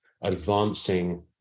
advancing